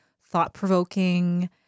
thought-provoking